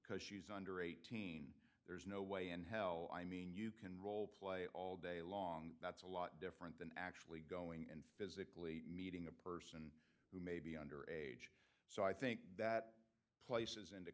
because she's under eighteen there is no way in hell i mean you can role play all day long that's a lot different than actually going and physically meeting a person who may be under age so i think that places in